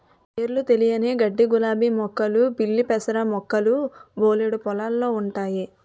పేరులు తెలియని గడ్డిగులాబీ మొక్కలు పిల్లిపెసర మొక్కలు బోలెడు పొలాల్లో ఉంటయి